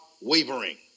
wavering